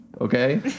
Okay